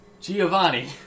Giovanni